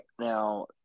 now